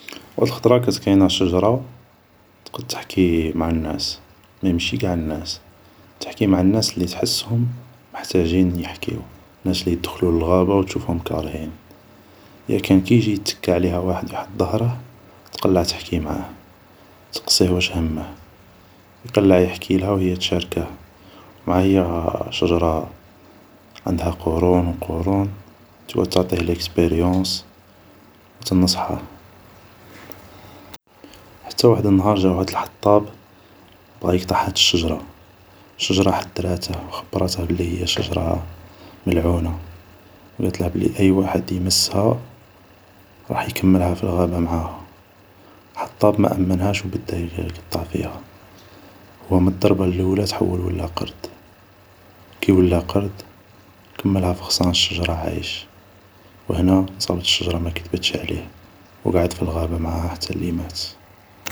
واحد الخطرة كانت كاينة شجرة تقد تحكي مع الناس ، مي ماشي قاع الناس ، تحكي مع الناس اللي تحسهم محتاجين يحكيو ، الناس اللي يدخلو للغابة و تشوفهم كارهين ، ايا كان كي يجي يتكا عليها واحد ، يحط ضهره ، ايا تقلع تحكي معاه ، تسقسيه واش همه ، يقلع يحكيلها و هي تشاركه ، مع هي شجرة عندها قرون و قرون ، تقعد تعطيه ليكسبيريونس و تنصحه ، حتى واحد النهار جا واحد الحطاب بغا يقطع هاد الشجرة ، شجرة حدراته و خبراته بلي هي شجرة ملعونة و قاتله بلي اي واحد يمسها راح يكملها في الغابة معاها ، الحطاب مامنهاش و بدا يقطع فيها ، هو مالدربة اللولة تحول ولا قرد، كي ولا قرد ، كملها في غصان الشجرة عايش ، و هنا نصابت الشجرة ما كدبتش عليه ، و قعد في الغابة معاها حتى اللي مات